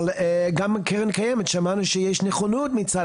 גם מצד